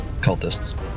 cultists